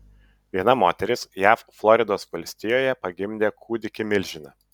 viena moteris jav floridos valstijoje pagimdė kūdikį milžiną